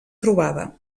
trobada